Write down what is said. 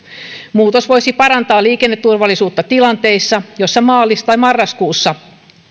muutos voisi parantaa liikenneturvallisuutta tilanteissa joissa maalis tai marraskuussa